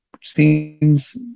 Seems